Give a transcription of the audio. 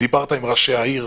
דיברת עם ראשי העיר?